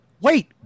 Wait